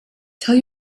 tell